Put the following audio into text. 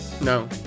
No